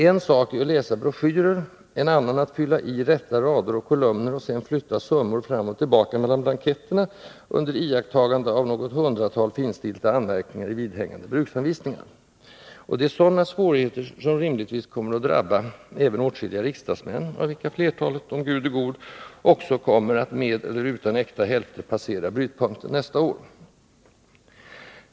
En sak är att läsa broschyrer, en annan att fylla i rätta rader och kolumner och sedan flytta summor fram och tillbaka mellan blanketterna, under iakttagande av något hundratal finstilta anmärkningar i vidhängande bruksanvisningar. Det är sådana svårigheter som rimligtvis kommer att drabba även åtskilliga riksdagsmän, av vilka flertalet, om Gud är god, också kommer att, med eller utan äkta hälfter, passera brytpunkten nästa år.